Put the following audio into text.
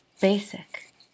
basic